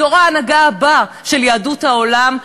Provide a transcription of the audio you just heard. דור ההנהגה הבא של יהדות העולם,